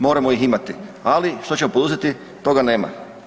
Moramo ih imati, ali što ćemo poduzeti, toga nema.